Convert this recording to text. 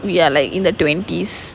we are like in the twenties